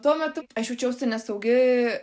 tuo metu aš jaučiausi nesaugi